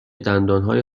دندانهای